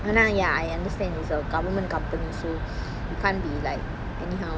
and ah ya I understand is a government company so can't be like anyhow